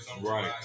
right